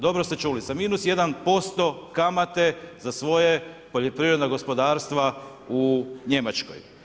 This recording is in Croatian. Dobro ste čuli, sa -1% kamate za svoja poljoprivredna gospodarstva u Njemačkoj.